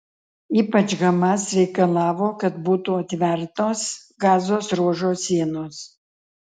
ypač hamas reikalavo kad būtų atvertos gazos ruožo sienos